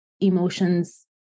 emotions